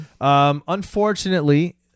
Unfortunately